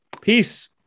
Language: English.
Peace